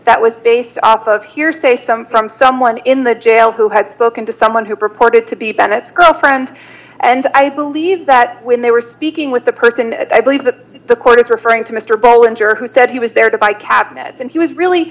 that was based off of hearsay some from someone in the jail who had spoken to someone who purported to be bennett's girlfriend and i believe that when they were speaking with the person i believe that the court is referring to mr bolen juror who said he was there to buy cabinets and he was really